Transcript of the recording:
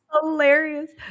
hilarious